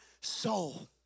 soul